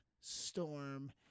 Storm